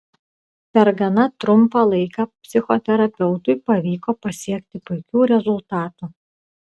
per gana trumpą laiką psichoterapeutui pavyko pasiekti puikių rezultatų